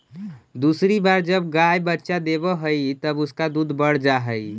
दूसरी बार जब गाय बच्चा देवअ हई तब उसका दूध बढ़ जा हई